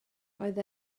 oedd